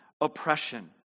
oppression